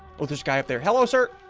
oh this guy up there. hello, sir.